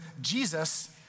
Jesus